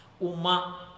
Uma